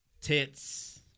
tits